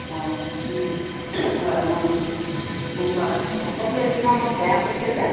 অঁ হয় অঁ বৰ বেয়া কৰিছে যে